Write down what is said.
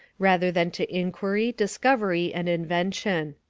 rather than to inquiry, discovery, and invention.